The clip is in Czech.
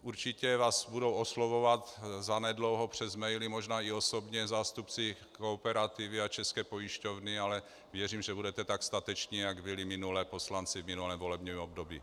Určitě vás budou oslovovat zanedlouho přes maily, možná i osobně, zástupci Kooperativy a České pojišťovny, ale věřím, že budete tak stateční, jak byli minule poslanci v minulém volebním období.